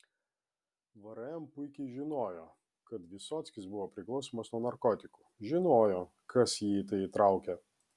vrm puikiai žinojo kad vysockis buvo priklausomas nuo narkotikų žinojo kas jį į tai įtraukė